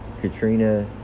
Katrina